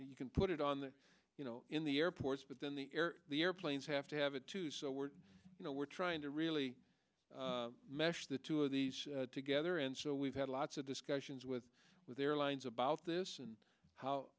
you can put it on the you know in the airports but then the air the airplanes have to have it too so we're you know we're trying to really meshed the two of these together and so we've had lots of discussions with with airlines about this and how